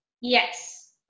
Yes